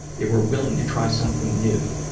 they were willing to try something new.